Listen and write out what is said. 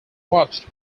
watched